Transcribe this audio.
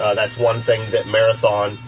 that's one thing that marathon,